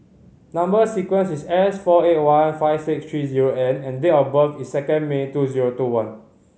number sequence is S four eight one five six three zero N and date of birth is second May two zero two one